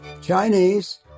Chinese